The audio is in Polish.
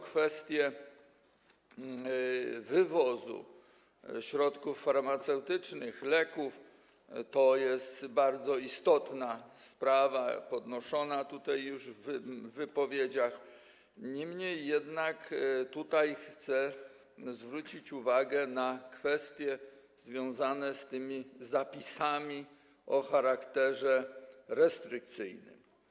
Kwestia wywozu środków farmaceutycznych i leków to na pewno bardzo istotna sprawa, podnoszona już tutaj w wypowiedziach, jednak tutaj chcę zwrócić uwagę na kwestie związane z tymi zapisami o charakterze restrykcyjnym.